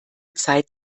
zeit